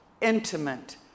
intimate